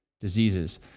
diseases